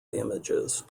images